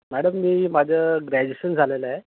madam मी माझं graduation झालेलं आहे